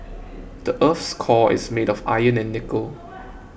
the earth's core is made of iron and nickel